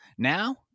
Now